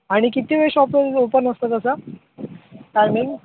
आणि किती वेळ शॉपन ओपन असतं तसं टायमिंग